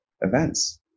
events